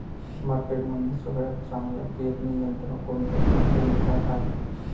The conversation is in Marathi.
मार्केटमंदी सगळ्यात चांगलं पेरणी यंत्र कोनत्या कंपनीचं हाये?